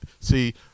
See